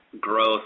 growth